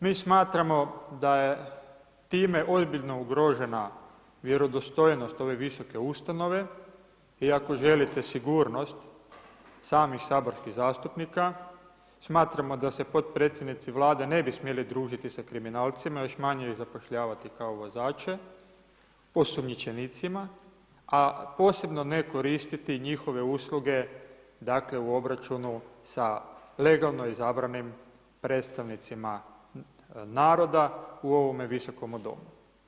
Mi smatramo da je time ozbiljno ugrožena vjerodostojnost ove visoke ustanove i ako želite sigurnost samih saborskih zastupnika, smatramo da se podpredsjednici Vlade ne bi smjeli družiti sa kriminalcima i još manje ih zapošljavati kao vozače, osumnjičenicima a posebno ne koristiti njihove usluge dakle u obračunu sa legalno izabranim predstavnicima naroda u ovome visokomu domu.